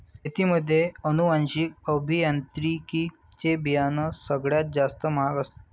शेतीमध्ये अनुवांशिक अभियांत्रिकी चे बियाणं सगळ्यात जास्त महाग असतात